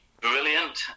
brilliant